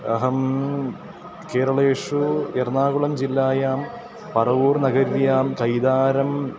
अहं केरलेषु एर्णाकुलं जिल्लायां परवूर् नगर्यां कैदारं